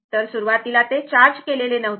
तर सुरुवातीला ते चार्ज केलेले नव्हते